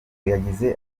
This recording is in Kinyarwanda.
yagize